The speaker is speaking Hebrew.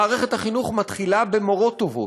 מערכת החינוך מתחילה במורות טובות,